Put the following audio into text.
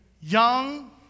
young